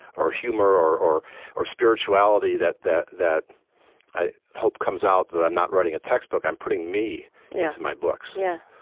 or humor, or or or spirituality that that i hope comes out, that i'm not writing a textbook. i'm putting me into my books yeah,